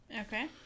Okay